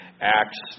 Acts